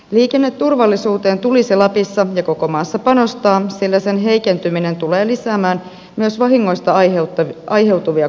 liikenneturvallisuuteen tulisi lapissa ja koko maassa panostaa sillä sen heikentyminen tulee lisäämään myös vahingoista aiheutuvia kustannuksia